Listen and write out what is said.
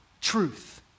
truth